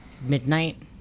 midnight